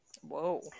Whoa